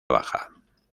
baja